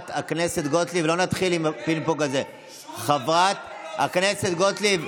באמת, שירי, חברת הכנסת גוטליב,